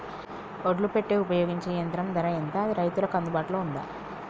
ఒడ్లు పెట్టే ఉపయోగించే యంత్రం ధర ఎంత అది రైతులకు అందుబాటులో ఉందా?